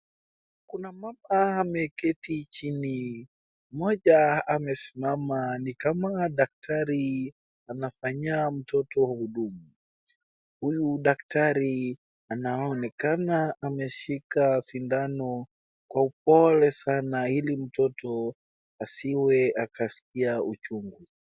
Kuna mama ameketi chini, mmoja amesimama nikama daktari anafanyia mtoto huduma. Huyu daktari anaonekana ameshika shindano kwa upole sana ili mtoto asije akaskia uchungu.